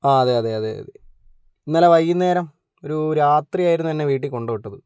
ആ അതെ അതെ അതെ ഇന്നലെ വൈകുന്നേരം ഒരു രാത്രിയായിരുന്നു എന്നെ വീട്ടിൽക്കൊണ്ടു വിട്ടത്